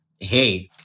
Hey